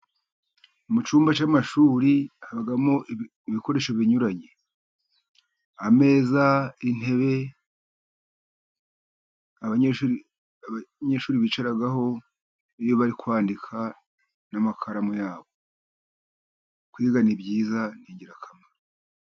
Mu cyumba cy'amashuri habamo ibikoresho binyuranye, ameza, intebe, abanyeshuri bicaraho iyo bari kwandika, n'amakaramu yabo. Kwiga ni byiza, ni ingirakamaro.